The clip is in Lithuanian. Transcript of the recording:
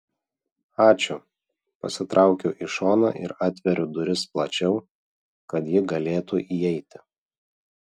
ačiū pasitraukiu į šoną ir atveriu duris plačiau kad ji galėtų įeiti